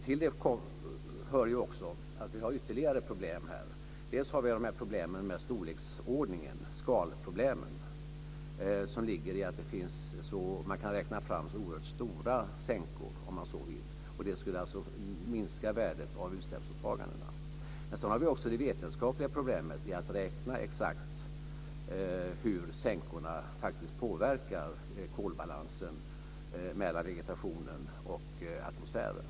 Till det hör också att vi har ytterligare problem här. Det är problemen med storleksordningen, skalproblemen, som ligger i att man kan räkna fram så oerhört stora sänkor. Det skulle alltså minska värdet av utsläppsåtagandena. Vi har också det vetenskapliga problemet med att räkna exakt hur sänkorna påverkar kolbalansen mellan vegetationen och atmosfären.